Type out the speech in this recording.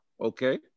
Okay